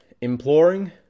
imploring